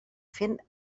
fent